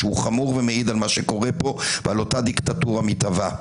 שהוא חמור ומעיד על מה שקורה פה ועל אותה דיקטטורה מתהווה.